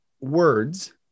words